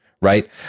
right